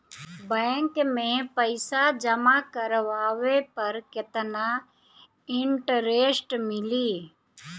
Bank में पईसा जमा करवाये पर केतना इन्टरेस्ट मिली?